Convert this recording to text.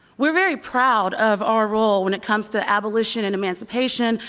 we're very proud of our role when it comes to abolition and emancipation.